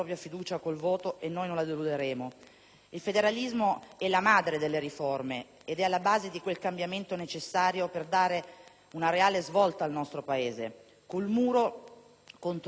Il federalismo è la madre delle riforme ed è alla base di quel cambiamento necessario per dare una reale svolta al nostro Paese. Col muro contro muro oggi non si va da nessuna parte.